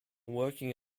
working